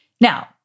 Now